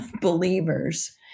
believers